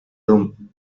doom